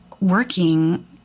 working